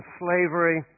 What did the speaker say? slavery